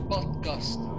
Podcast